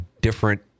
different